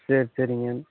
சரி சரிங்க